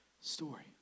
story